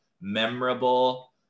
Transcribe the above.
memorable